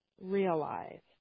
Realized